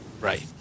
Right